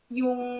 yung